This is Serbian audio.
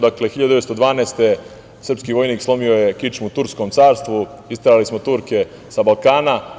Dakle, 1912. godine srpski vojnik slomio je kičmu turskom carstvu, isterali smo Turke sa Balkana.